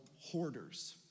Hoarders